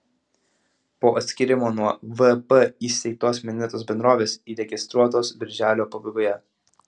po atskyrimo nuo vp įsteigtos minėtos bendrovės įregistruotos birželio pabaigoje